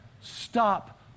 stop